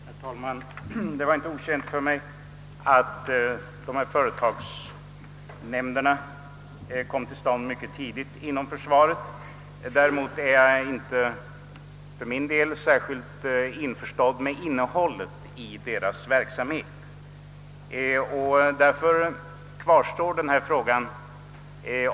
Herr talman! Det var inte okänt för mig att företagsnämnder mycket tidigt kom till stånd inom försvaret. Däremot är jag för min del inte särskilt införstådd med innehållet i deras verksamhet.